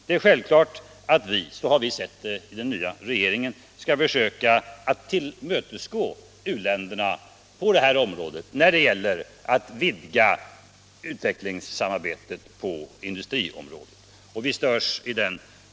Det är självklart att vi skall försöka tillmötesgå u-ländernas krav när det gäller att vidga utvecklingssamarbetet på industriområdet.